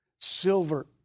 Silver